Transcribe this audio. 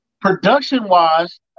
production-wise